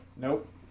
Nope